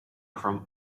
from